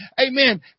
Amen